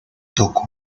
toco